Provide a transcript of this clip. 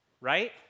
Right